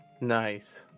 Nice